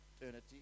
eternity